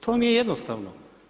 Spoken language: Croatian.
To vam je jednostavno.